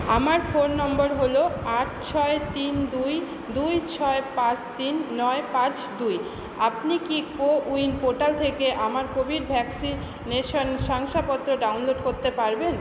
আমার phone number হল আট ছয় তিন দুই দুই ছয় পাঁচ তিন নয় পাঁচ দুই আপনি কি কোউইন পোর্টাল থেকে আমার কোভিড ভ্যাকসি নেশন শংসাপত্র ডাউনলোড করতে পারবেন